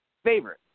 favorite